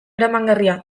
eramangarria